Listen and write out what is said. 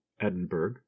Edinburgh